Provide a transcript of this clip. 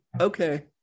Okay